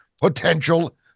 potential